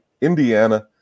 Indiana